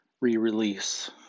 re-release